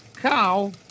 cow